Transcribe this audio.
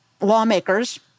lawmakers